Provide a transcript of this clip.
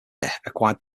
acquired